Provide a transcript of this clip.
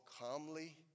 calmly